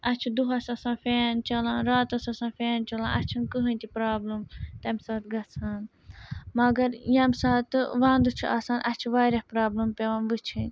اَسہِ چھِ دۄہَس آسان فین چَلان راتَس آسان فین چَلان اَسہِ چھُنہٕ کٕہۭنۍ تہِ پرٛابلِم تَمہِ ساتہٕ گژھان مگر ییٚمہِ ساتہٕ وَندٕ چھُ آسان اَسہِ چھِ واریاہ پرٛابلِم پٮ۪وان وٕچھِنۍ